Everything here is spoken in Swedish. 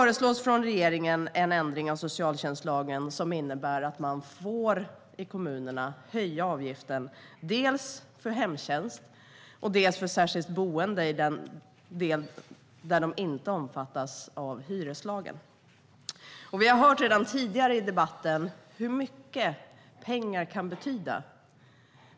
Regeringen föreslår en ändring av socialtjänstlagen som innebär att kommunerna får höja avgiften dels för hemtjänst, dels för de särskilda boenden som inte omfattas av hyreslagen. Vi har redan tidigare hört hur mycket pengar kan betyda.